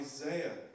Isaiah